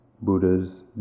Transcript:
Buddha's